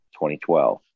2012